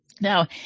Now